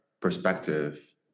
perspective